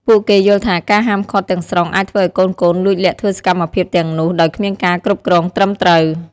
ពួកគេយល់ថាការហាមឃាត់ទាំងស្រុងអាចធ្វើឱ្យកូនៗលួចលាក់ធ្វើសកម្មភាពទាំងនោះដោយគ្មានការគ្រប់គ្រងត្រឹមត្រូវ ។